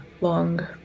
long